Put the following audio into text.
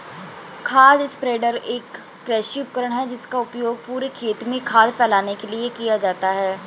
खाद स्प्रेडर एक कृषि उपकरण है जिसका उपयोग पूरे खेत में खाद फैलाने के लिए किया जाता है